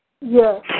Yes